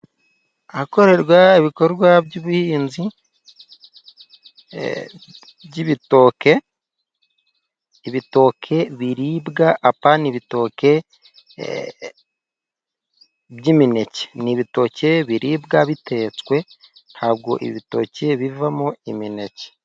Ahakorerwa ibikorwa by'ubuhinzi bw'ibitoke, ibitoke biribwa apana ibitoke by'imineke. Ni ibitoke biribwa bitetswe ntabwo ibitoke bivamo imineke.